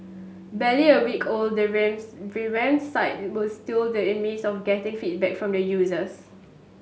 barely a week old the revamped site was still the in midst of getting feedback from users